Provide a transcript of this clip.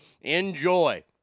enjoy